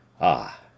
ah